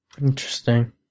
Interesting